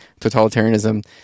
totalitarianism